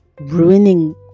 ruining